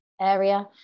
area